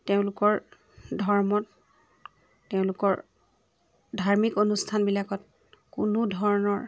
তেওঁলোকৰ ধৰ্মত তেওঁলোকৰ ধাৰ্মিক অনুষ্ঠানবিলাকত কোনোধৰণৰ